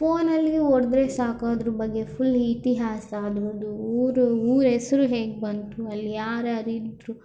ಫೋನಲ್ಲಿ ಹೊಡೆದ್ರೆ ಸಾಕು ಅದ್ರ ಬಗ್ಗೆ ಫುಲ್ ಇತಿಹಾಸ ಅದ್ರದ್ದು ಊರು ಊರ ಹೆಸ್ರು ಹೇಗೆ ಬಂತು ಅಲ್ಲಿ ಯಾರ್ಯಾರಿದ್ರು